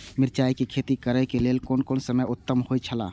मिरचाई के खेती करे के लेल कोन समय उत्तम हुए छला?